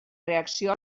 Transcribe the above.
reacció